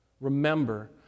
Remember